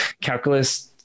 calculus